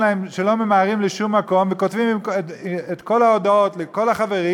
ממהרים לשום מקום וכותבים את כל ההודעות לכל החברים,